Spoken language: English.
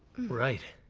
right.